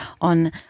on